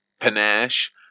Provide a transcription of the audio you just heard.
panache